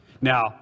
Now